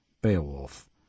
beowulf